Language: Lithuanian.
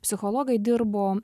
psichologai dirbo